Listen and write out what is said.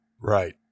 right